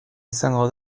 izango